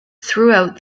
throughout